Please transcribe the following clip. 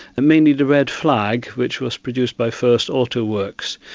and mainly the red flag which was produced by first auto works.